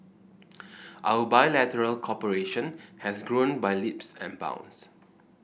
our bilateral cooperation has grown by leaps and bounds